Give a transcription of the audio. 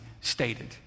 stated